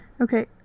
Okay